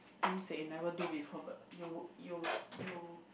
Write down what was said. things that you never do before but you you you